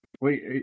Wait